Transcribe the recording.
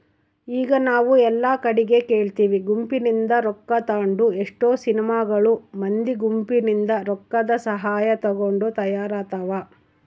ಈಗ ನಾವು ಎಲ್ಲಾ ಕಡಿಗೆ ಕೇಳ್ತಿವಿ ಗುಂಪಿನಿಂದ ರೊಕ್ಕ ತಾಂಡು ಎಷ್ಟೊ ಸಿನಿಮಾಗಳು ಮಂದಿ ಗುಂಪಿನಿಂದ ರೊಕ್ಕದಸಹಾಯ ತಗೊಂಡು ತಯಾರಾತವ